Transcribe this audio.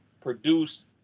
produce